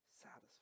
satisfied